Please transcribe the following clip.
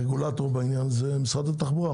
הרגולטור בעניין הזה זה משרד התחבורה,